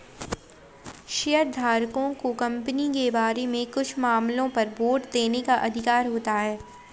शेयरधारकों को कंपनी के बारे में कुछ मामलों पर वोट देने का अधिकार है